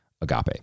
agape